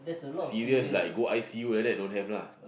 serious like go i_c_u like that don't have lah